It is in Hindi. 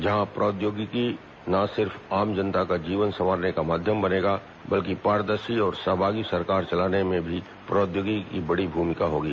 जहाँ प्रौद्योगिकी ना सिर्फ आम जनता का जीवन संवारने का माध्यम बनेगी बल्कि पारदर्शी और सहभागी सरकार चलाने में भी प्रौद्योगिकी की बड़ी भूमिका होगी